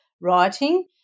writing